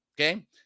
okay